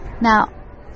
now